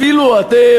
אפילו אתם,